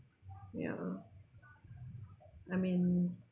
ya I mean